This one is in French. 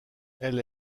elle